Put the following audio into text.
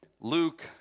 Luke